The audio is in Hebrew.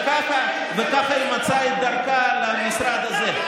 וככה היא מצאה את דרכה אל המשרד הזה.